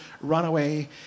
runaway